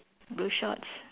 blue shorts